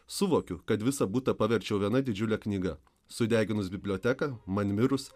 suvokiau kad visą butą paverčiau viena didžiulė knyga sudeginus biblioteką man mirus